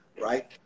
right